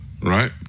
right